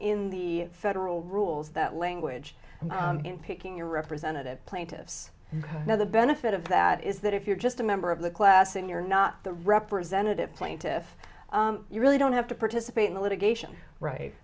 in the federal rules that language in picking your representative plaintiffs now the benefit of that is that if you're just a member of the class and you're not the representative plaintiffs you really don't have to participate in the litigation right